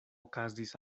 okazis